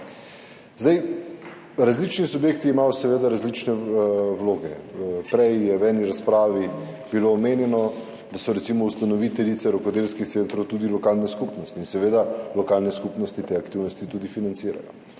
plači. Različni subjekti imajo seveda različne vloge. Prej je v eni od razprav bilo omenjeno, da so, recimo, ustanoviteljice rokodelskih centrov tudi lokalne skupnosti in seveda lokalne skupnosti te aktivnosti tudi financirajo.